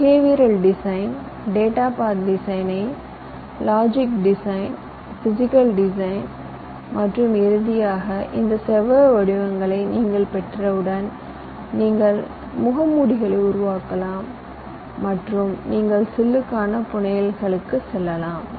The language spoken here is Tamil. பிஹேவியர் டிசைனை டேட்டா பாத் டிசைனை லாஜிக் டிசைன் பிசிகல் டிசைன் மற்றும் இறுதியாக அந்த செவ்வக வடிவங்களை நீங்கள் பெற்றவுடன் நீங்கள் கவசங்களை உருவாக்கலாம் மற்றும் நீங்கள் சில்லுக்கான புனையலுக்கு செல்லலாம்